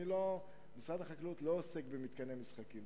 משרד החקלאות לא עוסק במתקני משחקים.